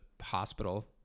hospital